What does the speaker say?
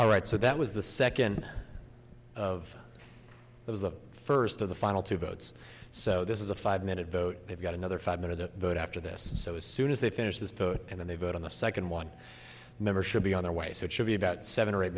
all right so that was the second of those the first of the final two votes so this is a five minute vote they've got another five minute the vote after this so as soon as they finish this and then they vote on the second one member should be on their way so it should be about seven or eight